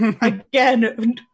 again